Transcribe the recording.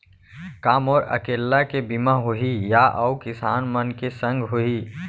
का मोर अकेल्ला के बीमा होही या अऊ किसान मन के संग होही?